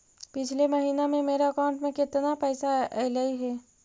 पिछले महिना में मेरा अकाउंट में केतना पैसा अइलेय हे?